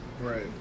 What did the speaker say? Right